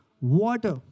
water